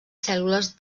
cèl·lules